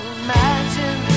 imagine